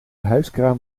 hijskraan